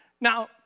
Now